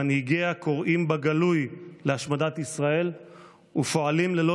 מנהיגיה קוראים בגלוי להשמדת ישראל ופועלים ללא